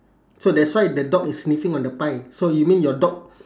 so that's why the dog is sniffing on the pie so you mean your dog